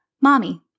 mommy